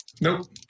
Nope